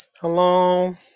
Hello